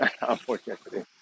unfortunately